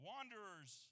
Wanderers